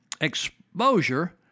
exposure